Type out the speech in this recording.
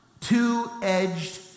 two-edged